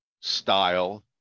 style